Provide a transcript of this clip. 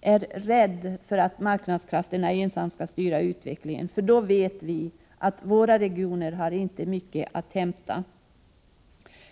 är rädd för att marknadskrafterna ensamma skall styra utvecklingen, för om det blir så har våra regioner inte mycket att hämta — det vet vi.